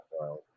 world